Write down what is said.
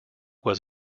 was